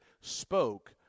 spoke